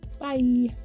bye